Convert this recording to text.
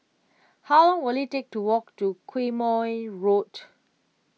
how will it take to walk to Quemoy Road